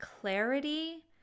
clarity